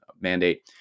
mandate